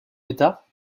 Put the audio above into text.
l’état